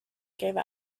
gave